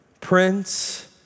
Prince